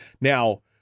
Now